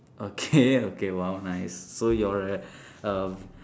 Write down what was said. okay okay !wow! nice so you're a uh